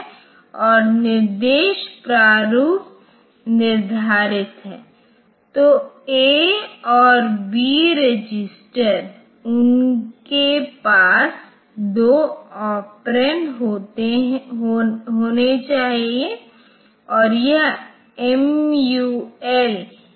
तो यह देखने की कोशिश करेगा कि अगर पहले ऑपरेंड के रूप में उस कांस्टेंट को लेगा तो कितने चक्रों की आवश्यकता होगी और यदि वह संख्या लाभदायक है तो वह कांस्टेंट को पहले ऑपरेंड के रूप में रखेगा अन्यथा वह वेरिएबल को पहले ऑपरेंड के रूप में रखेगा